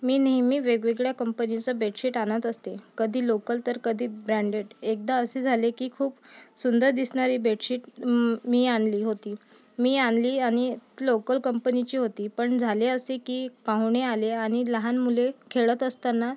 मी नेहमी वेगवेगळ्या कंपनीचं बेडशीट आणत असते कधी लोकल तर कधी ब्रँडेड एकदा असे झाले की खूप सुंदर दिसणारी बेडशीट म मी आणली होती मी आणली आणि ती लोकल कंपनीची होती पण झाले असे की पाहुणे आले आणि लहान मुले खेळत असताना